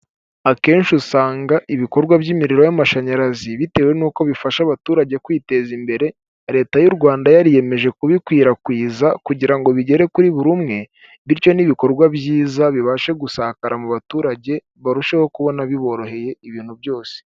Akenshi usanga ibikorwa by'imiriro y'amashanyarazi, bitewe n'uko bifasha abaturage kwiteza imbere, leta y'u Rwanda yariyemeje kubikwirakwiza kugira ngo bigere kuri buri umwe. Bityo n'ibikorwa byiza bibashe gusakara mu baturage, barusheho kubona biboroheye, ibintu byose.